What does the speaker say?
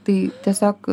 tai tiesiog